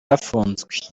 afunzwe